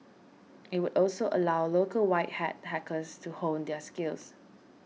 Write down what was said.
it would also allow local white hat hackers to hone their skills